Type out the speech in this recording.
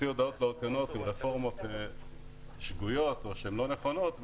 הודעות לעיתונות עם רפורמות שגויות או לא נכונות,